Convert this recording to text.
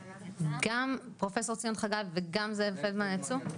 גם פרופסור ציון חגי וגם ד"ר זאב פלדמן יצאו?